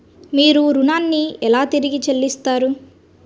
మీరు ఋణాన్ని ఎలా తిరిగి చెల్లిస్తారు?